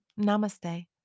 Namaste